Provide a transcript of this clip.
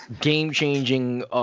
game-changing